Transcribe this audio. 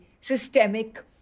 systemic